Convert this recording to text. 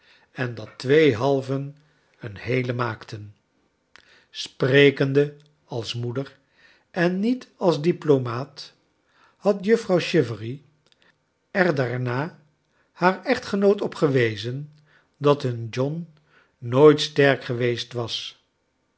en dat twee halven een heele maakten sprekende als moeder en niet als diplomaat had juf frouw chivery er daarna haar echtgenoot op gewezen dat hun john nooit sterk geweest was